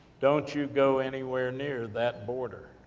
don't you go anywhere, near that border,